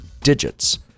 digits